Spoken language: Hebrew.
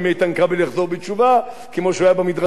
כמו שהוא היה ב"מדרשייה" ובישיבה בנתיבות,